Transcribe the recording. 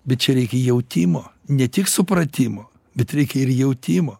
bet čia reikia jautimo ne tik supratimo bet reikia ir jautimo